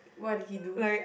what did he do